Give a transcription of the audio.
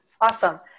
Awesome